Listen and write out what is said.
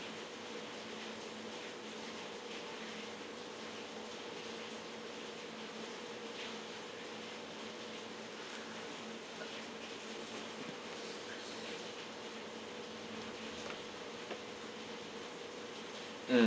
mm